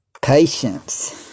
patience